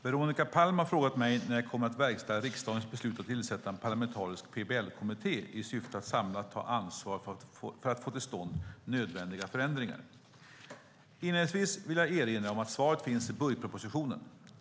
Fru talman! Veronica Palm har frågat mig när jag kommer att verkställa riksdagens beslut att tillsätta en parlamentarisk PBL-kommitté i syfte att samlat ta ansvar för att få till stånd nödvändiga förändringar. Inledningsvis vill jag erinra om att svaret finns i budgetpropositionen.